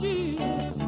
Jesus